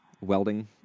welding